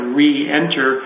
re-enter